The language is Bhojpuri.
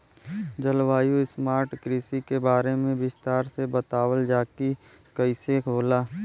जलवायु स्मार्ट कृषि के बारे में विस्तार से बतावल जाकि कइसे होला?